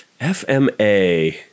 FMA